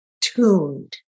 tuned